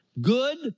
Good